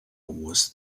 was